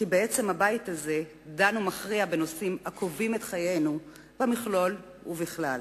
כי בעצם הבית הזה דן ומכריע בנושאים הקובעים את חיינו במכלול ובכלל,